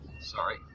Sorry